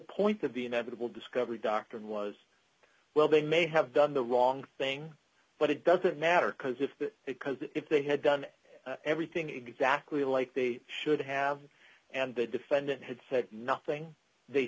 point of the inevitable discovery doctrine was well they may have done the wrong thing but it doesn't matter because if because if they had done everything exactly like they should have and the defendant had said nothing they